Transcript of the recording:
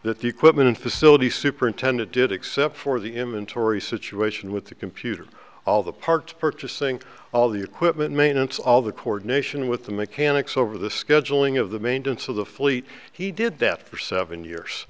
that the equipment facility superintendent did except for the him and tori situation with the computer all the parked purchasing all the equipment maintenance all the coordination with the mechanics over the scheduling of the maintenance of the fleet he did that for seven years